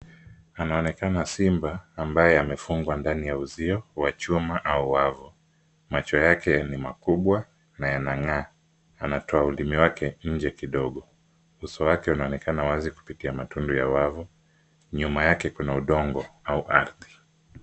Anaonekana simba ambaye amefungwa ndani ya uzio wa chuma au wavu. Macho yake ni makubwa na yanang'aa. Anatoa ulimi wake nje kidogo. Uso wake unaonekana wazi kupitia matundu ya wavu. Nyuma yake kuna udongo au ardhi.